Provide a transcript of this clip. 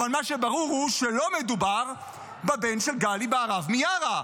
אבל מה שברור הוא שלא מדובר בבן של גלי בהרב מיארה,